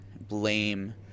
blame